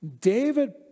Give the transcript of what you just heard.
David